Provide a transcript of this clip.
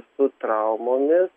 su traumomis